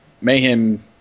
Mayhem